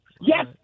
Yes